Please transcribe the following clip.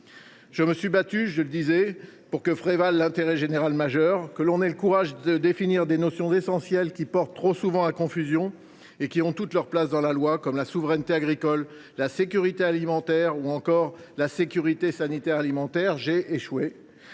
Je me suis battu pour que prévale la notion d’intérêt général majeur, pour que l’on ait le courage de définir des notions essentielles qui portent trop souvent à confusion et qui ont toute leur place dans la loi, comme la souveraineté agricole, la sécurité alimentaire ou encore la sécurité sanitaire alimentaire. J’ai échoué.